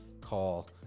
call